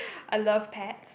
I love pets